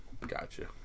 Gotcha